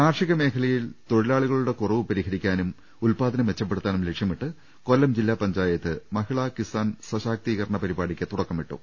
കാർഷിക മേഖലയിൽ തൊഴിലാളികളുടെ കൂറവ് പരിഹരി ക്കാനും ഉത്പാദനം മെച്ചപ്പെടുത്താനും ലക്ഷ്യമിട്ട് കൊല്ലം ജില്ലാ പഞ്ചാ യത്ത് മഹിളാ കിസാൻ സശാക്തീകരണ പരിപാടിക്ക് തുട്ടിക്കമിട്ടു